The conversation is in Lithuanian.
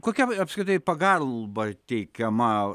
kokia apskritai pagalba teikiama